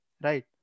Right